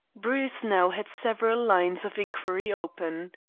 bruce now had several lines of inquiry open.